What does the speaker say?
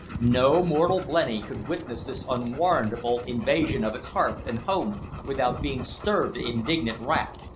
no mortal blenny could witness this unwarrantable invasion of its hearth and home without being stirred to indignant wrath.